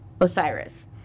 Osiris